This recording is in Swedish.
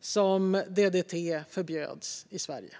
sedan DDT förbjöds i Sverige.